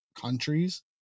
countries